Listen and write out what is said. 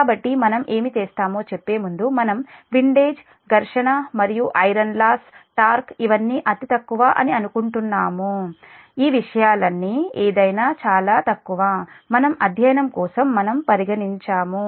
కాబట్టి మనం ఏమి చేస్తామో చెప్పే ముందు మనం విండేజ్ ఘర్షణ మరియు ఐరన్ లాస్ టార్క్ ఇవన్నీ అతి తక్కువ అని అనుకుంటాము ఈ విషయాలన్నీ ఏదైనా చాలా తక్కువ మన అధ్యయనం కోసం మనము పరిగణించాము